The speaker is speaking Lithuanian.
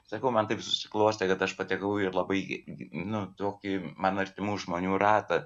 sakau man taip susiklostė kad aš patekau į labai nu tokį man artimų žmonių ratą